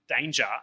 danger